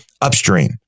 Upstream